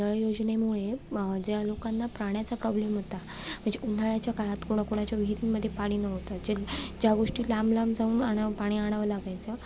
नळ योजनेमुळे ज्या लोकांना पाण्याचा प्रॉब्लेम होता म्हणजे उन्हाळ्याच्या काळात कोणाकोणाच्या विहिरींमध्ये पाणी नव्हतं जे ज्या गोष्टी लांबलांब जाऊन आणावं पाणी आणावं लागायचं